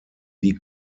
wie